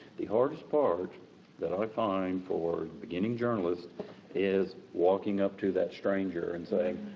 the hardest part that i find for beginning journalists is walking up to that stranger and saying,